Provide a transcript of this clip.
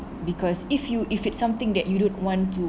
because if you if it's something that you don't want to